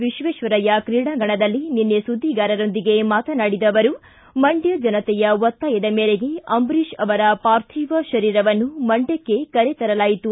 ವಿಶ್ವೇಶ್ವರಯ್ಕ ಕ್ರೀಡಾಂಗಣದಲ್ಲಿ ನಿನ್ನೆ ಸುದ್ದಿಗಾರರೊಂದಿಗೆ ಮಾತನಾಡಿದ ಅವರು ಮಂಡ್ಕ ಜನತೆಯ ಒತ್ತಾಯದ ಮೇರೆಗೆ ಅಂಬರೀಶ್ ಪಾರ್ಧಿವ ಶರೀರವನ್ನು ಮಂಡ್ಯಕ್ಕೆ ಕರೆತರಲಾಯಿತು